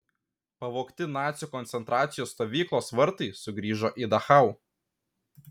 pavogti nacių koncentracijos stovyklos vartai sugrįžo į dachau